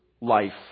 life